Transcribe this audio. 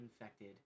infected